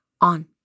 on